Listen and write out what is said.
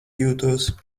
jūtos